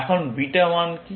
এখন বিটা মান কি